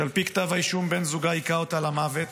שעל פי כתב האישום, בן זוגה הכה אותה למוות,